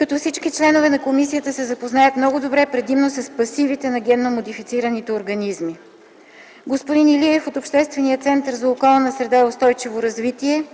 закона. Всички членове на комисията да се запознаят много добре предимно с пасивите на генно модифицираните организми. Господин Илиев от Обществения център за околна среда и устойчиво развитие